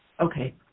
Okay